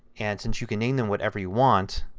and since you can name them whatever you want,